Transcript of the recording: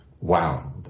wow